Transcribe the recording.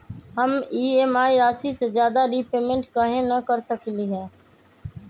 हम ई.एम.आई राशि से ज्यादा रीपेमेंट कहे न कर सकलि ह?